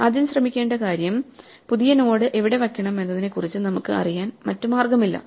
ആദ്യം ശ്രദ്ധിക്കേണ്ട കാര്യം പുതിയ നോഡ് എവിടെ വയ്ക്കണം എന്നതിനെക്കുറിച്ച് നമുക്ക് അറിയാൻ മറ്റ് മാർഗമില്ല